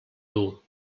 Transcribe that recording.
dur